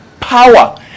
power